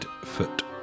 foot